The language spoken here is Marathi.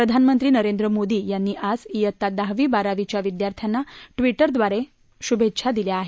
प्रधानमंत्री नरेंद्र मोदी यांनी आज वित्ता दहावी बारावीच्या विद्यार्थ्यांना चिजेद्वारे शुभेच्छा दिल्या आहेत